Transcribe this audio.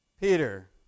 Peter